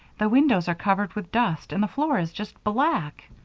the windows are covered with dust and the floor is just black.